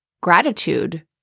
gratitude